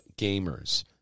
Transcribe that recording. gamers